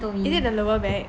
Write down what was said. is it the lower back